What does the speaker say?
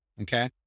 Okay